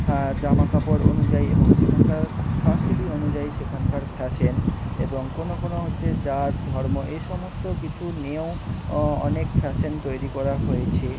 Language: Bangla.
হ্যাঁ জামা কাপড় অনুযায়ী এবং সেখানকার সংস্কৃতি অনুযায়ী সেখানকার ফ্যাশন এবং কোনো কোনো হচ্ছে জাত ধর্ম এই সমস্ত কিছু নিয়েও অনেক ফ্যাশন তৈরি করা হয়েছে